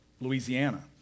Louisiana